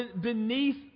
beneath